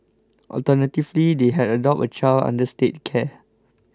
alternatively they had adopt a child under State care